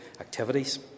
activities